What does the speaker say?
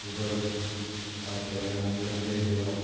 Uber तादृशयानानि लभ्यन्ते वा